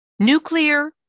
Nuclear